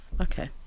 Okay